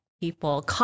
people